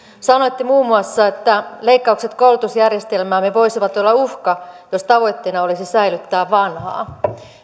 sanoitte muun muassa että leikkaukset koulutusjärjestelmäämme voisivat olla uhka jos tavoitteena olisi säilyttää vanhaa